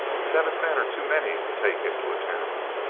seven men are too many to take into a town.